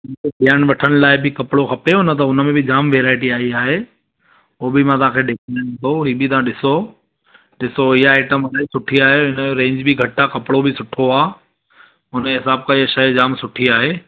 ॾियणु वठण लाइ बि कपिड़ो खपेव न त हुन में बि जाम वेराएटी आई आहे उहो बि मां तव्हांखे ॾेखारियां थो इहो बि ॾिसो ॾिसो इहा आइटम इलाही सुठी आहे हिनजो रेंज बि घटि आहे कपिड़ो बि सुठो आहे हुनजे हिसाबु सां इहा शइ जाम सुठी आहे